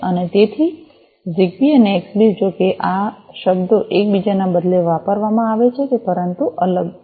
તેથી જીગબી અને એક્સબી જો કે આ શબ્દો એકબીજાના બદલે વાપરવામાં આવે છે પરંતુ તે અલગ છે